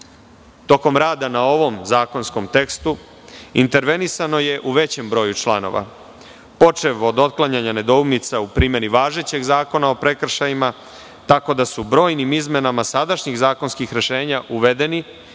Tokom rada na ovom zakonskom tekstu, intervenisano je u većem broju članova, počev od otklanjanja nedoumica u primeni važećeg Zakona o prekršajima, tako da su brojnim izmenama sadašnjih zakonskih rešenja uvedeni